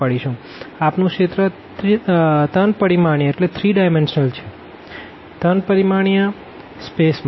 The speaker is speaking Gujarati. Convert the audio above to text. આપણું રિજિયન 3 ડાયમેનશનલ છે 3 ડાયમેનશનલ સ્પેસ માં